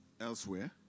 elsewhere